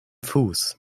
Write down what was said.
fuß